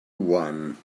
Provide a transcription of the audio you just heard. one